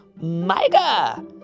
Micah